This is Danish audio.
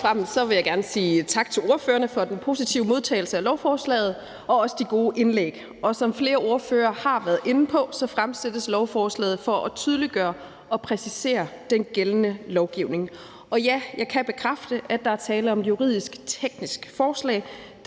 tak til ordførerne for den positive modtagelse af lovforslaget og også for de gode indlæg. Som flere ordførere har været inde på, fremsættes lovforslaget for at tydeliggøre og præcisere den gældende lovgivning. Og ja, jeg kan bekræfte, at der er tale om et juridisk-teknisk forslag,